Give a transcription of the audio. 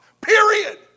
Period